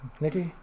Nikki